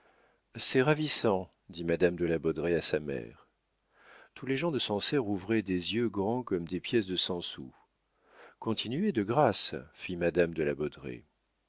c'est ravissant dit madame de la baudraye à sa mère tous les gens de sancerre ouvraient des yeux grands comme des pièces de cent sous continuez de grâce fit madame de la